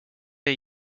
wir